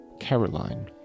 Caroline